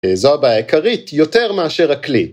זו הבעיה עיקרית יותר מאשר הכלי.